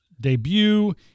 debut